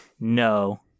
No